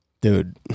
dude